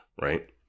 right